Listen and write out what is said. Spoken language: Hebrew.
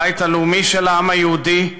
הבית הלאומי של העם היהודי,